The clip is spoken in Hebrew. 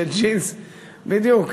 בדיוק.